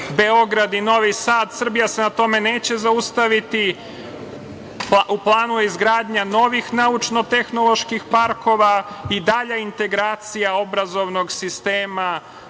Beograd i Novi Sad. Srbija se na tome neće zaustaviti. U planu je izgradnja novih naučno-tehnoloških parkova i dalja integracija obrazovnog sistema